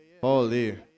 Holy